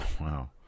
Wow